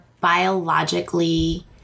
biologically